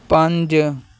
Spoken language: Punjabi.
ਪੰਜ